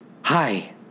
Hi